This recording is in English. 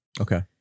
Okay